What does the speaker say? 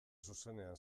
zuzenean